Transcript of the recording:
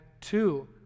two